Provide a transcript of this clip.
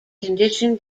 condition